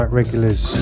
regulars